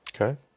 Okay